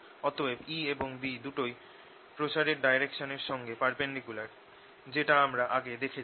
অতএব E এবং B দুটোই প্রসারের ডাইরেকশনের সঙ্গে পারপেন্ডিকুলার যেটা আমরা আগে দেখেছি